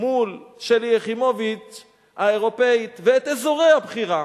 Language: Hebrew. מול שלי יחימוביץ האירופית ואת אזורי הבחירה.